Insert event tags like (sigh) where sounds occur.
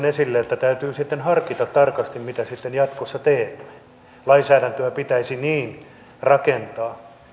(unintelligible) esille että täytyy sitten harkita tarkasti mitä jatkossa teemme lainsäädäntöä pitäisi niin rakentaa